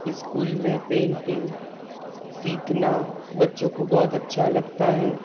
school में painting सीखना बच्चों को बहुत अच्छा लगता है